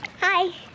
hi